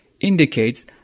indicates